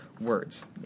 words